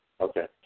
Okay